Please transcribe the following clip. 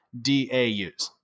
DAUs